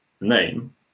name